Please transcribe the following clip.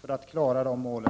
för att klara målen.